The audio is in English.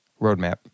roadmap